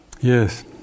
Yes